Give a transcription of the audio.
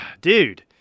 Dude